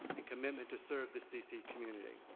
and commitment to serve the cc community.